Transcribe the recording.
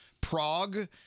Prague